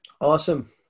Awesome